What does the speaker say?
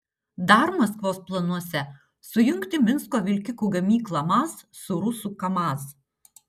dar maskvos planuose sujungti minsko vilkikų gamyklą maz su rusų kamaz